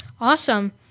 Awesome